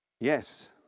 Yes